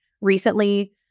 recently